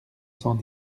cent